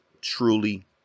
truly